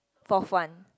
fourth one